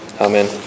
Amen